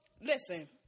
Listen